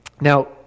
Now